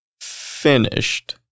finished